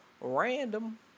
random